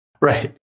Right